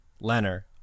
Leonard